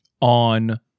on